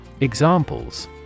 Examples